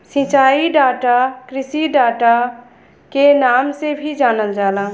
सिंचाई डाटा कृषि डाटा के नाम से भी जानल जाला